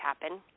happen